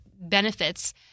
benefits